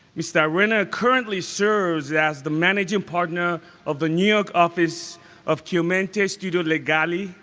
mr. arena currently serves as the managing partner of the new york office of chiomenti studio legale,